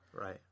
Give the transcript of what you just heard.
Right